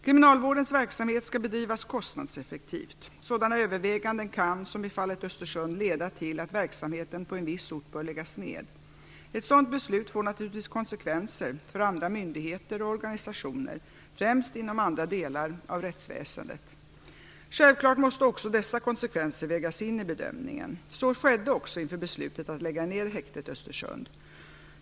Kriminalvårdens verksamhet skall bedrivas kostnadseffektivt. Sådana överväganden kan, som i fallet Östersund, leda till att verksamheten på en viss ort bör läggas ned. Ett sådant beslut får naturligtvis konsekvenser för andra myndigheter och organisationer, främst inom andra delar av rättsväsendet. Självklart måste också dessa konsekvenser vägas in i bedömningen. Så skedde också inför beslutet att lägga ned häktet i Östersund.